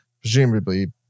presumably